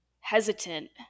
hesitant